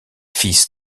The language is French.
fils